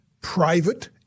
private